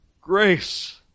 Grace